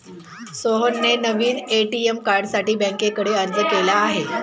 सोहनने नवीन ए.टी.एम कार्डसाठी बँकेकडे अर्ज केला आहे